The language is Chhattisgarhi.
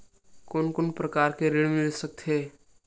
कोन कोन प्रकार के ऋण मिल सकथे?